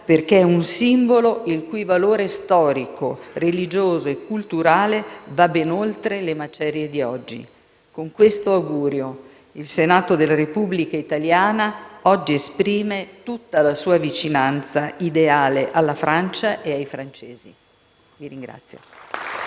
perché è un simbolo il cui valore storico, religioso e culturale va ben oltre le macerie di oggi. Con questo augurio il Senato della Repubblica italiana oggi esprime tutta la sua vicinanza ideale alla Francia e ai francesi.